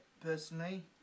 personally